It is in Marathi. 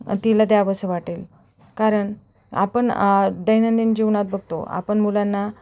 तिला द्यावंसं वाटेल कारण आपण दैनंदिन जीवनात बघतो आपण मुलांना